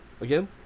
Again